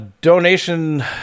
donation